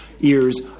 ears